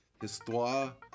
Histoire